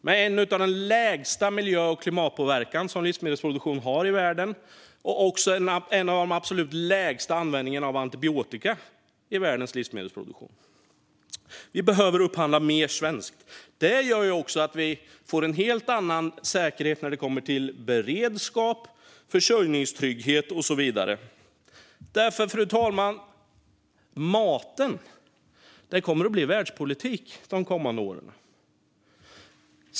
Maten som är producerad i Sverige har en miljö och klimatpåverkan som är bland de lägsta i världen, och antibiotikaanvändningen vid produktionen av mat är också bland de lägsta i världen. Vi behöver upphandla mer svenskt. Det gör också att vi får en helt annan säkerhet när det kommer till beredskap, försörjningstrygghet och så vidare. Fru talman! Maten kommer därför att bli världspolitik de kommande åren.